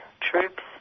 troops